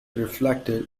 reflected